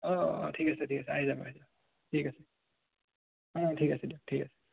অঁ অঁ ঠিক আছে ঠিক আছে আহি যাব আহি যাব ঠিক আছে অঁ ঠিক আছে দিয়ক ঠিক আছে